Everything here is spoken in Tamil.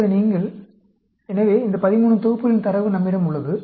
இப்போது நீங்கள் எனவே இந்த 13 தொகுப்புகளின் தரவு நம்மிடம் உள்ளது